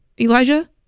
Elijah